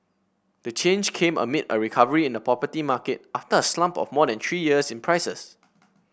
the change came amid a recovery in the property market after a slump of more than three years in prices